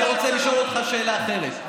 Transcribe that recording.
אני רוצה לשאול אותך שאלה אחרת.